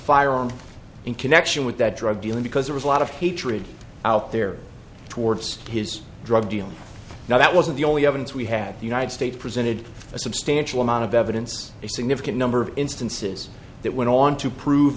firearm in connection with that drug dealing because there was a lot of hatred out there towards his drug dealing now that wasn't the only evidence we had the united states presented a substantial amount of evidence a significant number of instances that went on to prove